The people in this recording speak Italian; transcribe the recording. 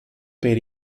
per